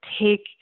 take